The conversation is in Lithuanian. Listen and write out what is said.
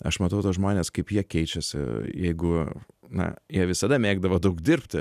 aš matau tuos žmones kaip jie keičiasi jeigu na jie visada mėgdavo daug dirbti